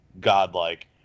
godlike